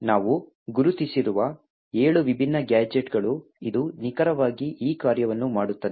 ನಾವು ಗುರುತಿಸಿರುವ 7 ವಿಭಿನ್ನ ಗ್ಯಾಜೆಟ್ಗಳು ಇದು ನಿಖರವಾಗಿ ಈ ಕಾರ್ಯವನ್ನು ಮಾಡುತ್ತದೆ